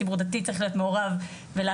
הציבור הדתי צריך להיות מעורב ולהגיד